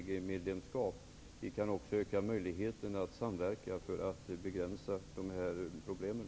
Vi kan också öka möjligheterna till samverkan när det gäller de här problemen.